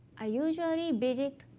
i usually visit